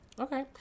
okay